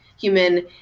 human